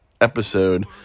episode